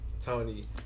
Tony